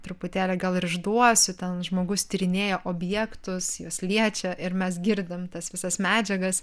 truputėlį gal ir išduosiu ten žmogus tyrinėja objektus juos liečia ir mes girdim tas visas medžiagas